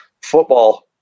football